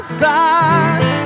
side